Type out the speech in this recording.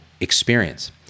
experience